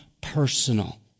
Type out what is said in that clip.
personal